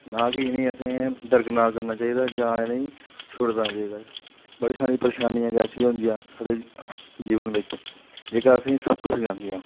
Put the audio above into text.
ना कि इ'नें ई असें दरकिनार करना चाहिदा जां इ'नें ई छुड़ना चाहिदा बड़ी सारियां परेशानियां ऐसियां होंदियां साढ़े जीवन बिच जेह्का असें ई सबक सखांदियां